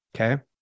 Okay